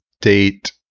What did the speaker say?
date